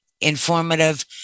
informative